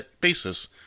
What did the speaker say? basis